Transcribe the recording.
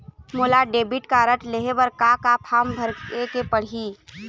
मोला debit card लेहे बर का का फार्म भरेक पड़ही?